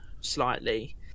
slightly